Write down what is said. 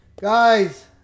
Guys